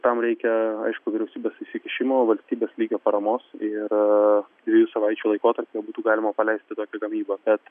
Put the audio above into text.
tam reikia aišku vyriausybės įsikišimo valstybės lygio paramos ir dviejų savaičių laikotarpyje būtų galima paleisti tokią gamybą bet